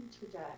today